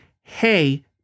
hey